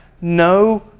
no